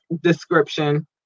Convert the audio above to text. description